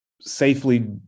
Safely